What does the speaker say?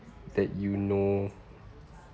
that you know